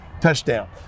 Touchdown